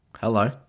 Hello